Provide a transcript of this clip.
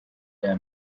rya